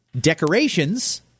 decorations